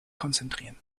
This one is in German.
konzentrieren